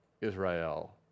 Israel